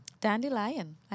Dandelion